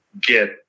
get